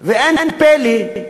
אין פלא.